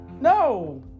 No